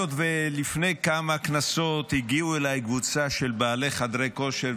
היות שלפני כמה כנסות הגיעה אליי קבוצה של בעלי חדרי כושר,